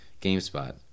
Gamespot